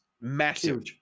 massive